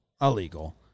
Illegal